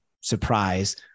surprise